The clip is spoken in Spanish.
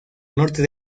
norte